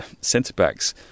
centre-backs